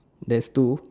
there's two